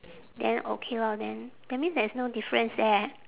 then okay lor then that means there is no difference there